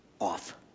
off